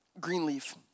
Greenleaf